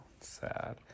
sad